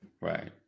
Right